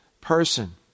person